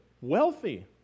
Wealthy